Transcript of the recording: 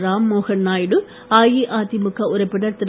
ராம்மோகன் நாயுடு அஇஅதிமுக உறுப்பினர் திரு